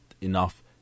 enough